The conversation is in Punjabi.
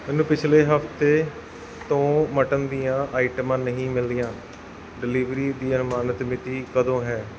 ਮੈਨੂੰ ਪਿਛਲੇ ਹਫ਼ਤੇ ਤੋਂ ਮੱਟਨ ਦੀਆਂ ਆਈਟਮਾਂ ਨਹੀਂ ਮਿਲੀਆਂ ਡਿਲੀਵਰੀ ਦੀ ਅਨੁਮਾਨਿਤ ਮਿਤੀ ਕਦੋਂ ਹੈ